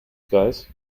guys